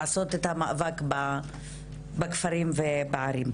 לעשות את המאבק בכפרים ובערים.